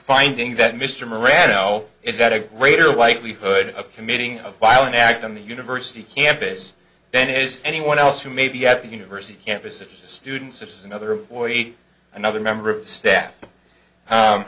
finding that mr moran oh is that a greater likelihood of committing a violent act on the university campus then is anyone else who may be at the university campus if students of some other boy eight another member of staff